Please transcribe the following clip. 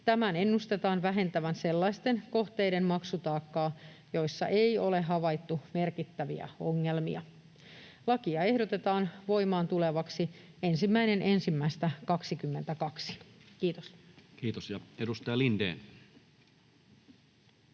Tämän ennustetaan vähentävän sellaisten kohteiden maksutaakkaa, joissa ei ole havaittu merkittäviä ongelmia. Lakia ehdotetaan tulevaksi voimaan 1.1.22. — Kiitos. Kiitos. — Ja edustaja Lindén.